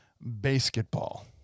Basketball